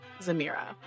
Zamira